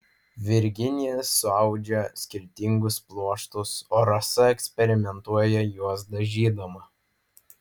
virginija suaudžia skirtingus pluoštus o rasa eksperimentuoja juos dažydama